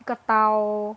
一个刀